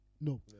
No